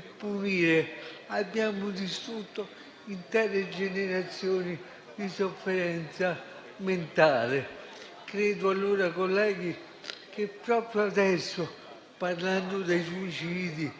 punire, abbiamo distrutto intere generazioni di sofferenza mentale. Credo allora, colleghi, che proprio adesso, parlando dei suicidi e